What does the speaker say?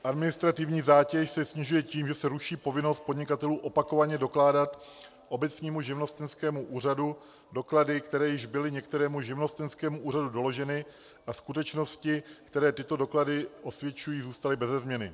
Administrativní zátěž se snižuje tím, že se ruší povinnost podnikatelů opakovaně dokládat obecnímu živnostenskému úřadu doklady, které již byly některému živnostenskému úřadu doloženy, a skutečnosti, které tyto doklady osvědčují, zůstaly bez změny.